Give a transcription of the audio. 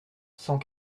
cent